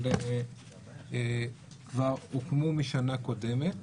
אבל כבר הוקמו משנה קודמת.